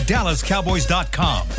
DallasCowboys.com